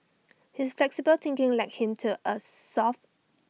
his flexible thinking led him to A solve